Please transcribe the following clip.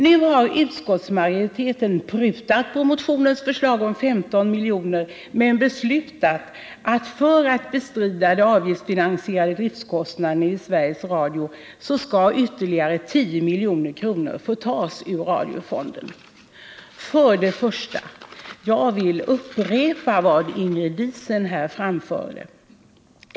Nu har utskottsmajoriteten prutat på motionens förslag om 15 milj.kr. men föreslagit att ytterligare 10 milj.kr. skall få tas ur radiofonden för att bestrida de avgiftsfinansierade driftkostnaderna vid Sveriges Radio. Jag vill för det första upprepa vad Ingrid Diesen nyss framförde.